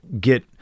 get